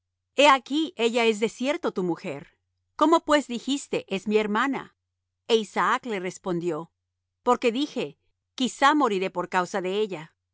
he aquí ella es de cierto tu mujer cómo pues dijiste es mi hermana e isaac le respondió porque dije quizá moriré por causa de ella